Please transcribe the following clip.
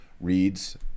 reads